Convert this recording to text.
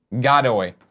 Godoy